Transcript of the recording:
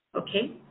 Okay